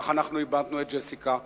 וכך אנחנו איבדנו את ג'סיקה,